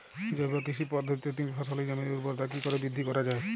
জৈব কৃষি পদ্ধতিতে তিন ফসলী জমির ঊর্বরতা কি করে বৃদ্ধি করা য়ায়?